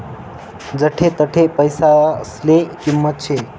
जठे तठे पैसासले किंमत शे